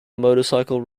motorcycle